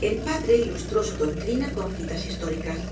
el padre ilustró su doctrina con citas históricas